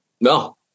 No